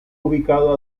ubicado